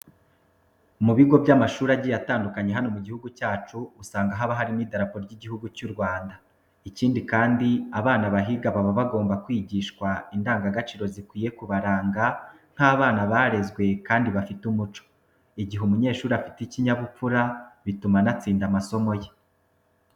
Mu bigo by'amashuri agiye atandukanye hano mu gihugu cyacu usanga haba harimo Idarapo ry'Igihugu cy'u Rwanda. Ikindi kandi abana bahiga baba bagomba kwigishwa indangagaciro zikwiye kubaranga nk'abana barezwe kandi bafite umuco. Igihe umunyeshuri afite ikinyabupfura bituma anatsinda amasomo ye.